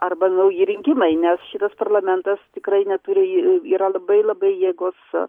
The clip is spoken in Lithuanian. arba nauji rinkimai nes šitas parlamentas tikrai neturi yra labai labai jėgos